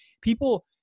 people